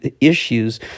issues